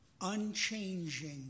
unchanging